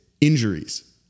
Injuries